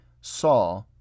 saw